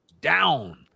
down